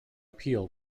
appeal